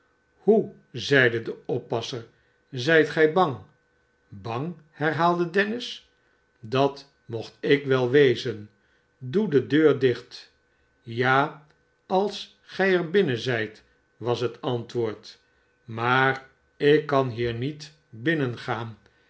hoe zeide de oppasser zijt gij bang bang herhaalde dennis dat mocht ik wel wezen doe de deur dicht sja als gij er binnen zijt was het antwoord maar ik kan hier niet binnengaan